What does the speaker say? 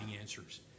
answers